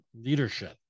Leadership